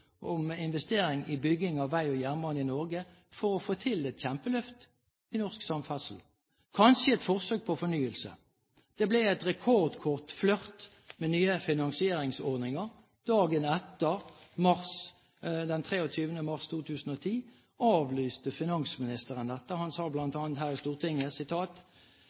om investeringer i bygging av vei og jernbane i Norge for å få til et kjempeløft i norsk samferdsel. Kanskje et forsøk på fornyelse? Det ble en rekordkort flørt med nye finansieringsordninger. Dagen etter, den 23. mars 2010, avlyste finansministeren dette. Han sa bl.a. her i Stortinget: